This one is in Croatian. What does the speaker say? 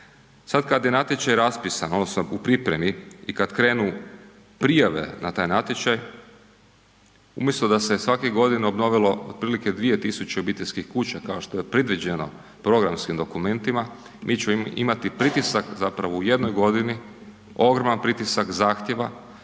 Sad kad je natječaj raspisan odnosno u pripremi i kad krenu prijave na taj natječaj umjesto da se svake godine obnovilo otprilike 2000 obiteljskih kuća kao što je predviđeno programskim dokumentima, mi ćemo imati pritisak zapravo u jednoj godini, ogroman pritisak zahtjeva,